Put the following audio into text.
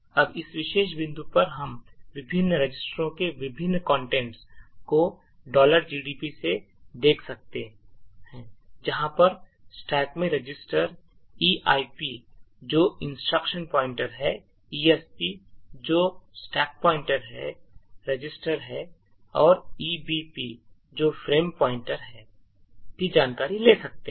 अब इस विशेष बिंदु पर हम विभिन्न रजिस्टरों के विभिन्न contents को gdb से देख सकते जहां stack में रजिस्टर eip जो instruction pointer हैं esp जो स्टैक पॉइंटर register हैं और ebp जो फ्रेम पॉइंटर हैं की जानकारी ले सकते हैं